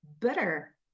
better